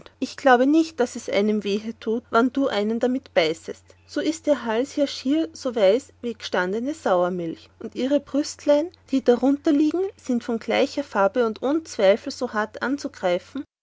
ich glaube nicht daß es einem wehe tut wann du einen damit beißest so ist ihr hals ja schier so weiß als eine gestandene saurmilch und ihre brüstlein die darunter liegen sein von gleicher farbe und ohn zweifel so hart anzugreifen